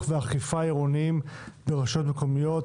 והאכיפה העירוניים ברשויות המקומיות (תעבורה)